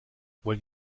wollen